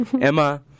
Emma